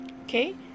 okay